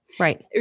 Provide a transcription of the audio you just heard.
Right